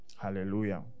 Hallelujah